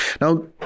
Now